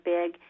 Big